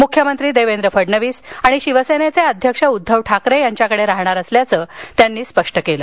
मुख्यमंत्री देवेंद्र फडणवीस आणि शिवसेनेचे अध्यक्ष उद्धव ठाकरे यांच्याकडे राहणार असल्याचं त्यांनी स्पष्ट केलं